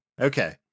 Okay